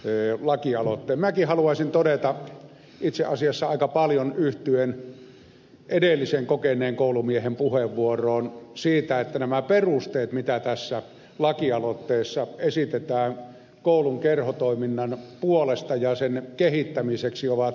minäkin haluaisin todeta itse asiassa aika paljon yhtyen edellisen kokeneen koulumiehen puheenvuoroon sen että nämä perusteet mitä tässä lakialoitteessa esitetään koulun kerhotoiminnan puolesta ja sen kehittämiseksi ovat erinomaisia